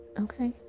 Okay